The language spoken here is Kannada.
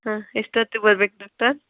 ಹಾಂ ಎಷ್ಟೊತ್ಗೆ ಬರಬೇಕು ಡಾಕ್ಟರ್